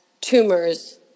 tumors